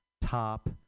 top